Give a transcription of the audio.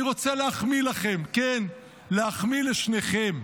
אני רוצה להחמיא לכם, כן, להחמיא לשניכם.